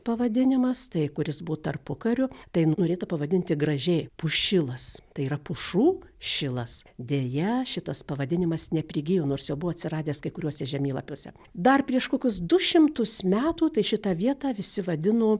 pavadinimas tai kuris buvo tarpukariu tai norėta pavadinti gražiai pušilas tai yra pušų šilas deja šitas pavadinimas neprigijo nors jau buvo atsiradęs kai kuriuose žemėlapiuose dar prieš kokius du šimtus metų tai šitą vietą visi vadino